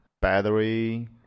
battery